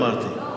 אמרתי.